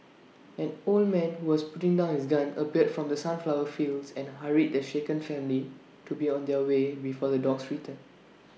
an old man who was putting down his gun appeared from the sunflower fields and hurried the shaken family to be on their way before the dogs return